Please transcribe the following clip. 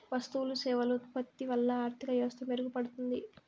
వస్తువులు సేవలు ఉత్పత్తి వల్ల ఆర్థిక వ్యవస్థ మెరుగుపడుతుంది